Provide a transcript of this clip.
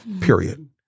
Period